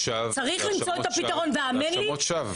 זה האשמות שווא.